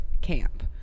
camp